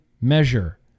measure